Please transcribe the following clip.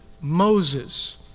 Moses